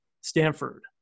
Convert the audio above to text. Stanford